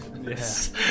Yes